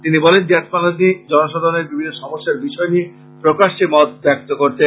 তিনি বলেন জেঠমালানী জনসাধারণের বিভিন্ন সমস্যার বিষয় নিয়ে প্রকাশ্যে মত ব্যক্ত করতেন